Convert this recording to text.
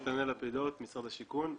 אני ממשרד השיכון.